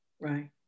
right